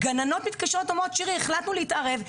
גננות מתקשרות ואומרות: החלטנו להתערב.